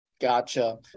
Gotcha